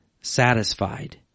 satisfied